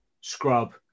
scrub